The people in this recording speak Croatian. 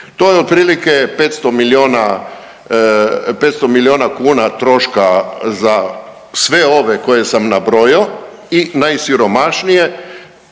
To je otprilike 500 milijuna kuna troška za sve ove koje sam nabrojo i najsiromašnije